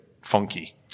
funky